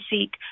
seek